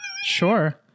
sure